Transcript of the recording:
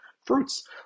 fruits